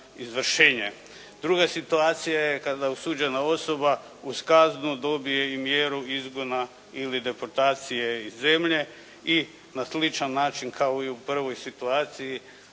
Druga situacija je kada osuđena osoba uz kaznu dobije i mjeru izgona ili deportacije iz zemlje i na sličan način kao i u prvoj situaciji